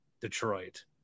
Detroit